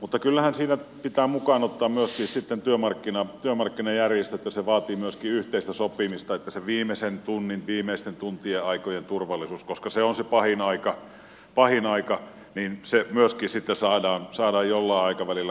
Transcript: mutta kyllähän siinä pitää mukaan ottaa myöskin sitten työmarkkinajärjestöt ja se vaatii myöskin yhteistä sopimista että sen viimeisen tunnin viimeisten tuntien aikojen turvallisuus koska se on se pahin aika myöskin sitten saadaan jollain aikavälillä kuntoon